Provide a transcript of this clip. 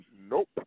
Nope